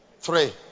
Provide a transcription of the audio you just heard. three